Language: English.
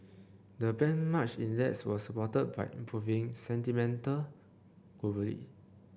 the benchmark index was supported by improving sentiment globally